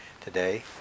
today